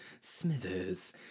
Smithers